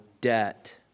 debt